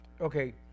okay